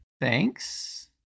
Thanks